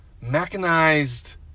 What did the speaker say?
mechanized